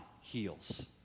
heals